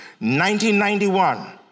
1991